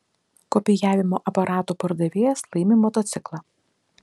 kopijavimo aparatų pardavėjas laimi motociklą